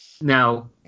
Now